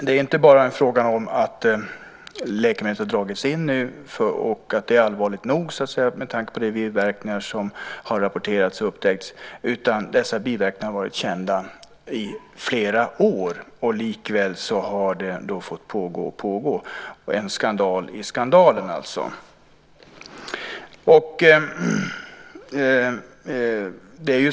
Det är inte bara fråga om att läkemedlet nu har dragits in - det är allvarligt nog, med tanke på de biverkningar som har rapporterats och upptäckts - utan dessa biverkningar har varit kända i flera år. Likväl har det fått pågå och pågå. Det är alltså en skandal i skandalen.